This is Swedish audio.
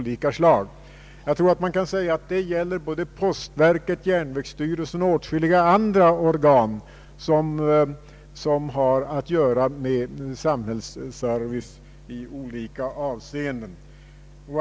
Detta torde gälla både postverket, järnvägsstyrelsen och åtskilliga andra organ som har att utföra samhällsservice i olika avseenden.